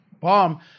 bomb